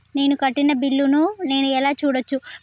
నేను కట్టిన బిల్లు ను నేను ఎలా చూడచ్చు?